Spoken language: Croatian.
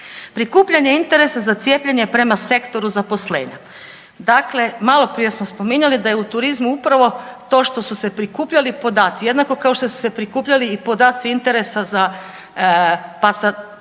Prikupljanje interesa za cijepljenje prema sektoru zaposlenja. Dakle, malo prije smo spominjali da je u turizmu upravo to što su se prikupljali podaci, jednako kao što su se prikupljali i podaci interesa pa za turizam